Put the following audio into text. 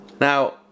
Now